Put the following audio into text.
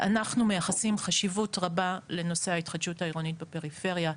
אנחנו מייחסים חשיבות רבה לנושא ההתחדשות העירונית בפריפריה.